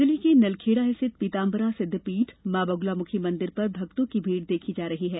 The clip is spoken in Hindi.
जिले के नलखेड़ा स्थित पीताम्बरा सिद्ध पीठ मां बगलामुखी मंदिर पर भक्तों की भीड़ देखी जा रही है